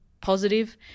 positive